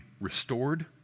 restored